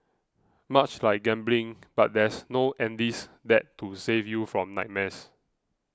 much like gambling but there's no Andy's Dad to save you from nightmares